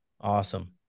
awesome